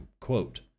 Quote